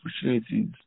opportunities